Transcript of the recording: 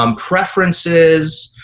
um preferences,